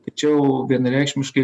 ta čia jau vienareikšmiškai